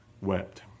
wept